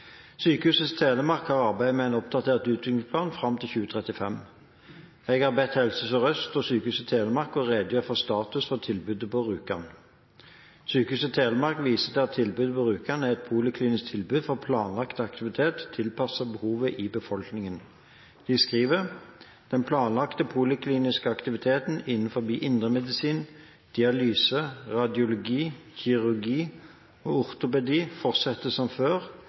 Sykehuset Telemark har arbeidet med å oppdatere utviklingsplanen fram til 2035. Jeg har bedt Helse Sør-Øst og Sykehuset Telemark redegjøre for status for tilbudet på Rjukan. Sykehuset Telemark viser til at tilbudet på Rjukan er et poliklinisk tilbud for planlagt aktivitet tilpasset behovet i befolkningen. De skriver: «Den planlagte polikliniske aktiviteten innenfor indremedisin, dialyse, radiologi, kirurgi og ortopedi fortsetter som før,